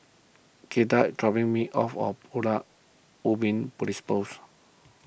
Clyda is dropping me off of Pulau Ubin Police Post